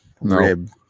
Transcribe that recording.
rib